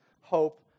hope